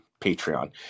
Patreon